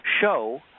show